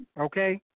Okay